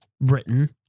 Britain